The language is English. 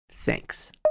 Thanks